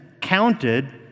counted